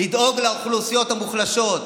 לדאוג לאוכלוסיות המוחלשות,